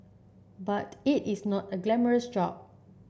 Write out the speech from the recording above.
but it is not a glamorous job